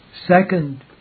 Second